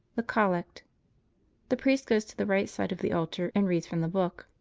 the collect the priest goes to the right side of the altar and reads from the book.